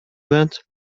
vingt